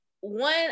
one